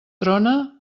trona